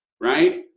right